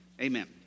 amen